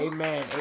Amen